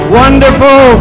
wonderful